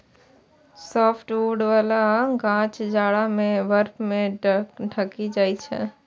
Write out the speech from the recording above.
softwood बला गाछ जाड़ा मे बर्फ सं ढकि जाइ छै